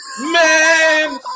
Man